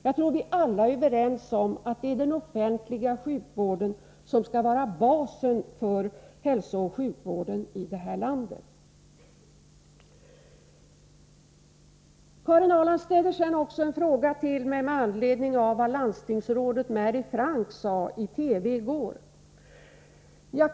Jag tror att vi alla är överens om att det är den offentliga sjukvården som skall vara basen för hälsooch sjukvården här i landet. Vidare uttalar sig Karin Ahrland med anledning av vad landstingsrådet Mary Frank sade i TV i går.